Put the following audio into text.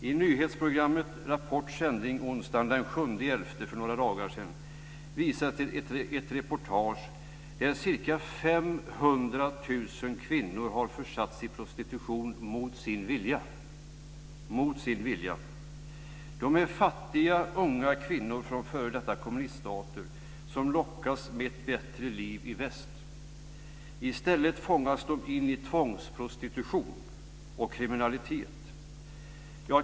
I nyhetsprogrammet Rapports sändning onsdagen den 7 november - för några dagar sedan - visades ett reportage om att ca 500 000 kvinnor har försatts i prostitution mot sin vilja. Det är fattiga, unga kvinnor från f.d. kommuniststater som lockas med ett bättre liv i väst. I stället fångas de in i tvångsprostitution och kriminalitet.